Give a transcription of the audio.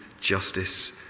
justice